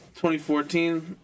2014